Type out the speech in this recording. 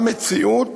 במציאות,